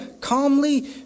calmly